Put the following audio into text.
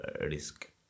risk